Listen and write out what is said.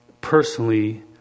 personally